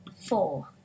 four